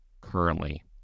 currently